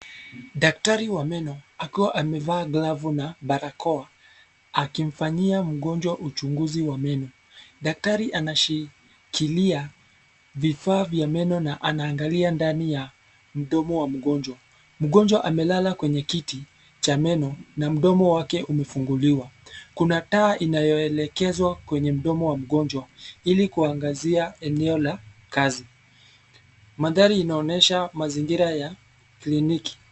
Daktari wa meno akiwa amevaa glavu na barakoa akimfanyia mgonjwa uchunguzi wa meno. Daktari anashikilia vifaa vya meno na anaangalia ndani ya mdomo wa mgonjwa. Mgonjwa amelala kwenye kiti cha meno na mdomo wake umefunguliwa. Kuna taa inayoelekezwa kwenye mdomo wa mgonjwa ili kuangazia eneo la kazi. Mandhari inaonyesha mazingira ya kliniki.